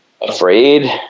afraid